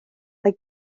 mae